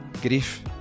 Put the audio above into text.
grief